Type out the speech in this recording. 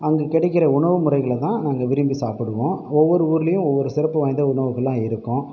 அங்கே கிடைக்கிம்ற உணவு முறைகளை தான் நாங்கள் விரும்பி சாப்பிடுவோம் ஒவ்வொரு ஊர்லேயும் ஒவ்வொரு சிறப்பு வாய்ந்த உணவுகளெலாம் இருக்கும்